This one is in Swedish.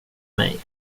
mig